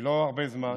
ולא הרבה זמן,